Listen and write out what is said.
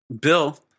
Bill